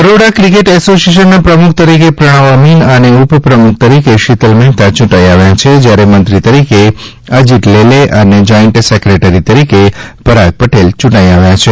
Baroda cricket એસોસિએશનના પ્રમુખ તરીકે પ્રણવ અમીન અને ઉપપ્રમુખ તરીકે શીતલ મહેતા ચૂંટાઈ આવ્યા છે જ્યારે મંત્રી તરીકે અજીત લેલે અને ોઈન્ટ સેક્રેટરી તરીકે પરાગ પટેલ યૂંટાઈ આવ્યા છે